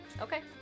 Okay